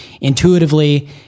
intuitively